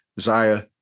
zaya